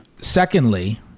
Secondly